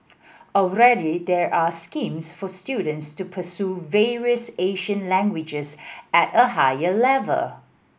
already there are schemes for students to pursue various Asian languages at a higher level